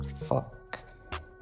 fuck